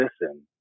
listen